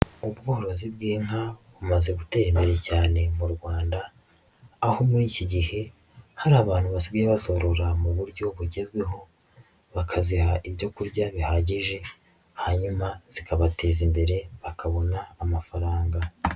Ubworozi bw'inka bumaze gutera imbere cyane mu Rwanda, aho muri iki gihe hari abantu basigaye bazorora mu buryo bugezweho, bakaziha ibyo kurya bihagije, hanyuma zikabateza imbere bakabona amafaranga.